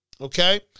Okay